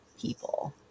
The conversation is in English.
people